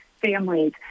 families